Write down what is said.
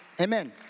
amen